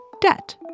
debt